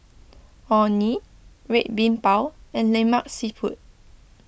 Orh Nee Red Bean Bao and Lemak Siput